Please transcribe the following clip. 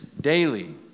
daily